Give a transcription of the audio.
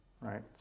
Right